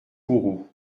kourou